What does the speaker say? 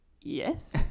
Yes